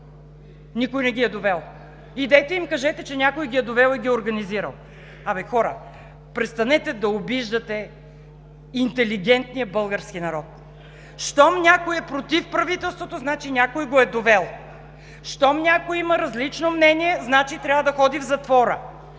Никой не ги е довел! Идете и им кажете, че някой ги е довел и ги е организирал! Абе, хора, престанете да обиждате интелигентния български народ. Щом някой е против правителството, значи някой го е довел?! Щом някой има различно мнение, значи трябва да ходи в затвора?!